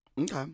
Okay